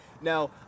Now